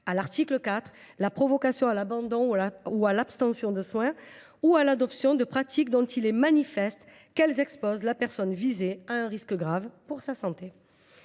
à l’article 4, la provocation à l’abandon ou à l’abstention de soins, ou à l’adoption de pratiques dont il est manifeste qu’elles exposent la personne concernée à un risque grave pour sa santé.